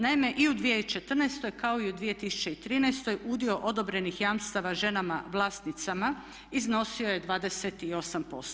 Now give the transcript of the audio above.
Naime i u 2014. kao i u 2013. udio odobrenih jamstava ženama vlasnicama iznosio je 28%